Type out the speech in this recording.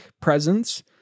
presence